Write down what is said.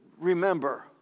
remember